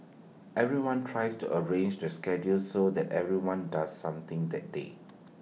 everyone tries to arrange to schedules so that everyone does something that day